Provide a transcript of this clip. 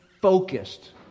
focused